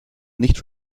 nicht